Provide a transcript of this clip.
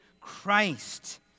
Christ